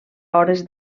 hores